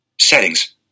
Settings